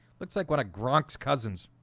looks like what a gronk's cousins